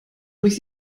durch